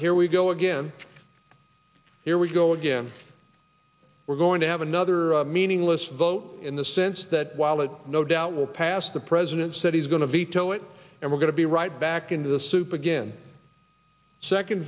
here we go again here we go again we're going to have another meaningless vote in the sense that while it no doubt will pass the president said he's going to veto it and we're going to be right back into the soup again second